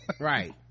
Right